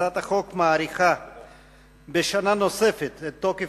החוק המוצע מאריך בשנה נוספת את תוקף